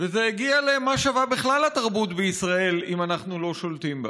וזה הגיע ל"מה שווה בכלל התרבות בישראל אם אנחנו לא שולטים בה".